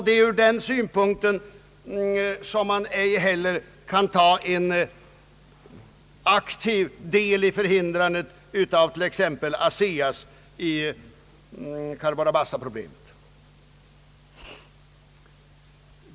Det är ur den synpunkten som man ej heller kan ta en aktiv del i förhindrandet av t.ex. ASEA:s del i Cabora Bassaprojektet.